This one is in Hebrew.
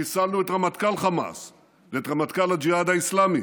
חיסלנו את רמטכ"ל חמאס ואת רמטכ"ל הג'יהאד האסלאמי,